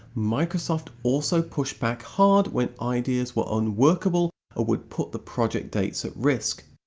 microsoft also pushed back hard when ideas were unworkable or would put the project dates at risk.